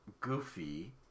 Goofy